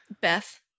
Beth